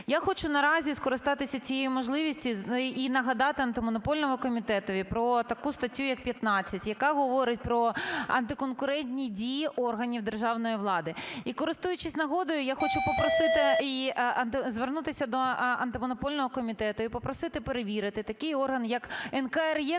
Я хочу наразі скористатися цією можливістю і нагадати Антимонопольному комітету про таку статтю як 15, яка говорить про антиконкурентні дії органів державної влади. І користуючись нагодою, я хочу попросити і звернутися до Антимонопольного комітету і попросити перевірити такий орган як НКРЕКП